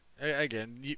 Again